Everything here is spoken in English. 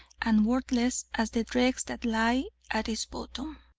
and worthless as the dregs that lie at its bottom.